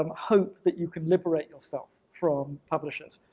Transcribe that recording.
um hope that you can liberate yourself from publishers,